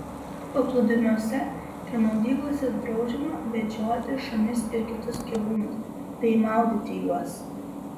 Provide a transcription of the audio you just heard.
paplūdimiuose ir maudyklose draudžiama vedžioti šunis ir kitus gyvūnus bei maudyti juos